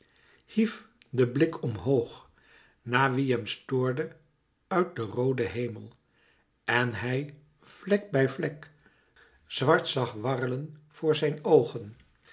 hief den blik omhoog naar wie hem stoorde uit den rooden hemel en hij vlek bij vlek zwart zag warrelen voor zijn oogen